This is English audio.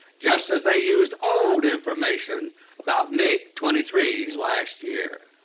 just as they used old information about mig twenty three s last year.